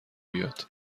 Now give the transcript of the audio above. بیاد